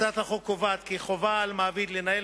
הצעת החוק קובעת כי חובה על מעביד לנהל